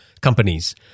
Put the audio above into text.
companies